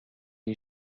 est